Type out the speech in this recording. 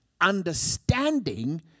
Understanding